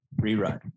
rewrite